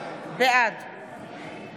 בעד